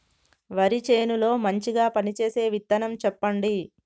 వరి చేను లో మంచిగా పనిచేసే విత్తనం చెప్పండి?